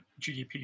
GDP